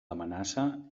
amenaça